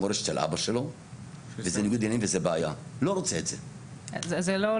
של אבא שלו וזה ניגוד עניינים וזה בעיה.